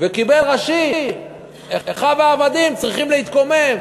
וקיבל רָאשית: אחיו העבדים צריכים להתקומם.